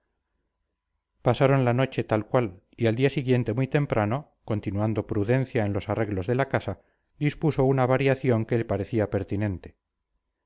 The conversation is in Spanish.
pasaron la noche tal cual y al día siguiente muy temprano continuando prudencia en los arreglos de casa dispuso una variación que le parecía pertinente